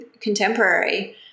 contemporary